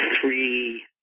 three